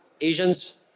Asians